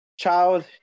child